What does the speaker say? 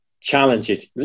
challenges